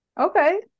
okay